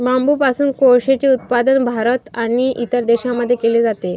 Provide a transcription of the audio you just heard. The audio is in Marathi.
बांबूपासून कोळसेचे उत्पादन भारत आणि इतर देशांमध्ये केले जाते